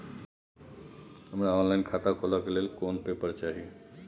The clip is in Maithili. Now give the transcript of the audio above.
हमरा ऑनलाइन खाता खोले के लेल केना कोन पेपर चाही?